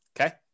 Okay